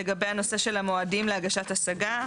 לגבי הנושא של המועדים להגשת השגה.